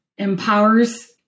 empowers